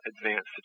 advanced